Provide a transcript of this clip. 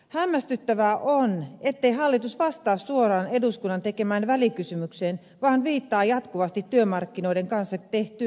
hämmästyttävää on ettei hallitus vastaa suoraan eduskunnan tekemään välikysymykseen vaan viittaa jatkuvasti työmarkkinoiden kanssa tehtyyn paperiin